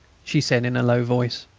she said in a low voice.